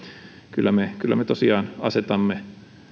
kyllä me kyllä me tosiaan asetamme